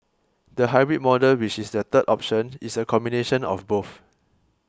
the hybrid model which is the third option is a combination of both